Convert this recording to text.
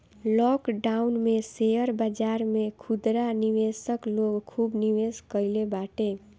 lockdown में share बाजार में खुदरा निवेशक लोग खूब निवेश कईले बाटे